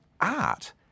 art